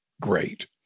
great